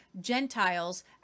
Gentiles